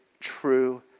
true